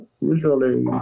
usually